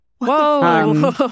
Whoa